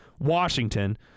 Washington